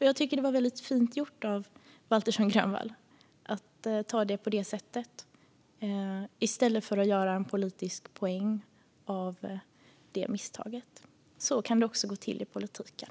Jag tycker att det var fint gjort av Camilla Waltersson Grönvall att ta det på det sättet, i stället för att göra en politisk poäng av det misstaget. Så kan det också gå till i politiken.